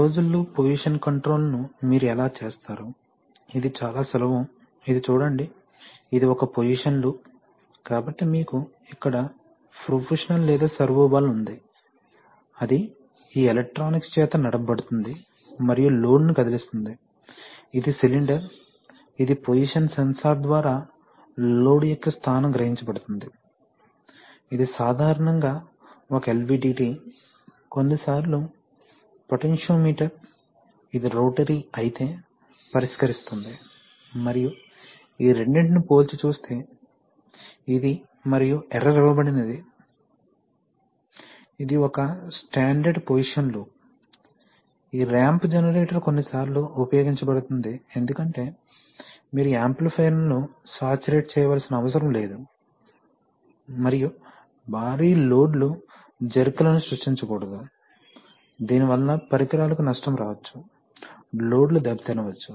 closed loop position control ను మీరు ఎలా చేస్తారు ఇది చాలా సులభం ఇది చూడండి ఇది ఒక పొజిషన్ లూప్ కాబట్టి మీకు ఇక్కడ ప్రోపోషనల్ లేదా సర్వో వాల్వ్ ఉంది అది ఈ ఎలక్ట్రానిక్స్ చేత నడపబడుతుంది మరియు లోడ్ను కదిలిస్తుంది ఇది సిలిండర్ ఇది పోసిషన్ సెన్సార్ ద్వారా లోడ్ యొక్క స్థానం గ్రహించబడుతుంది ఇది సాధారణంగా ఒక ఎల్విడిటి కొన్నిసార్లు పొటెన్షియోమీటర్ ఇది రోటరీ అయితే పరిష్కరిస్తుంది మరియు ఈ రెండింటినీ పోల్చి చూస్తే ఇది మరియు ఎర్రర్ ఇవ్వబడనది ఇది ఒక స్టాండర్డ్ పొజిషన్ లూప్ ఈ రాంప్ జెనరేటర్ కొన్నిసార్లు ఉపయోగించబడుతుంది ఎందుకంటే మీరు యాంప్లిఫైయర్ను సాచురేట్ చేయవలసిన అవసరం లేదు మరియు భారీ లోడ్లు జెర్క్ లను సృష్టించకూడదు దీని వలన పరికరాలకు నష్టము రావొచ్చు లోడ్లు దెబ్బతినవచ్చు